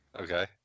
Okay